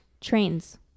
trains